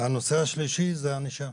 הנושא השלישי זה הענישה.